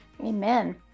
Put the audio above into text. Amen